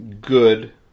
good